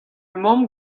mamm